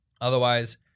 Otherwise